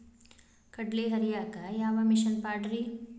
ಕಡ್ಲಿ ಹರಿಯಾಕ ಯಾವ ಮಿಷನ್ ಪಾಡ್ರೇ?